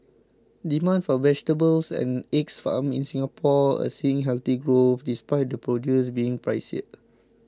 demand for vegetables and eggs farmed in Singapore is seeing healthy growth despite the produce being pricier